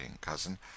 cousin